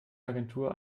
agentur